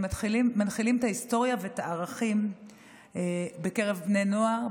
הם מנחילים את ההיסטוריה ואת הערכים בקרב בני נוער,